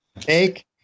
take